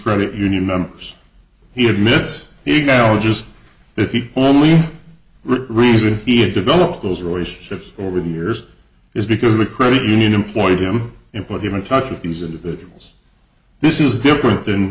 credit union members he admits he gallagher's that he only reason he had developed those relationships over the years is because the credit union employed him and put him in touch with these individuals this is different than